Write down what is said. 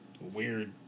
weird